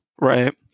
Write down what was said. Right